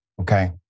okay